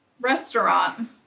restaurant